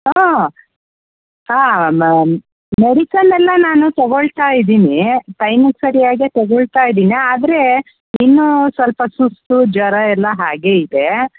ಹಾಂ ಹಾಂ ಮ ಮೆಡಿಸನ್ ಎಲ್ಲ ನಾನು ತೊಗೊಳ್ತಾ ಇದ್ದೀನಿ ಟೈಮಿಗೆ ಸರಿಯಾಗೇ ತೊಗೊಳ್ತಾ ಇದ್ದೀನಿ ಆದರೆ ಇನ್ನೂ ಸ್ವಲ್ಪ ಸುಸ್ತು ಜ್ವರ ಎಲ್ಲ ಹಾಗೆ ಇದೆ